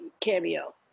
cameo